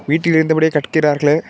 வீட்டில் இருந்தபடியே கற்கிறார்களே